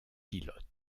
pilote